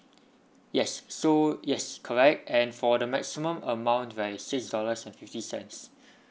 yes so yes correct and for the maximum amount right is six dollars and fifty cents